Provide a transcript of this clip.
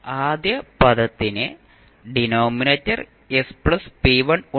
ആദ്യ പദത്തിന് denominator s p1 ഉണ്ട്